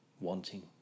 wanting